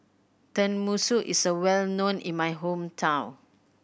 tenmusu is well known in my hometown